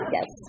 Yes